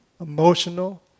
emotional